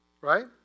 right